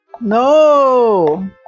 No